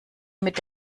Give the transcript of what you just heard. mit